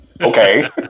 okay